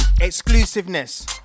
Exclusiveness